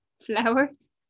Flowers